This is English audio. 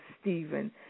Stephen